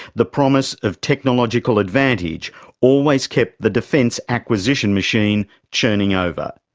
the promise of technological advantage always kept the defence acquisition machine churning over.